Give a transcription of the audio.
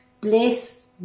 Bless